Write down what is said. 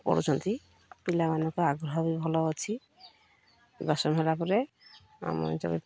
କରୁଛନ୍ତି ପିଲାମାନଙ୍କ ଆଗ୍ରହ ବି ଭଲ ଅଛି ବାସନ ହେଲା ପରେ ଆମ ଅଞ୍ଚଳ